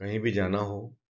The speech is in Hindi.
कहीं भी जाना हो